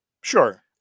Sure